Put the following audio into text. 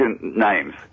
names